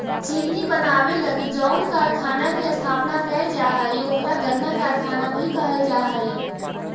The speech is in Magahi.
चीनी बनावे लगी जउन कारखाना के स्थापना कैल जा हइ ओकरा गन्ना कारखाना भी कहल जा हइ